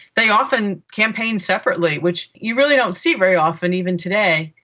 they often campaigned separately, which you really don't see very often, even today.